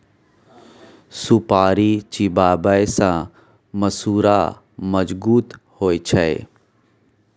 सुपारी चिबाबै सँ मसुरा मजगुत होइ छै